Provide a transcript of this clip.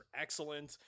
excellent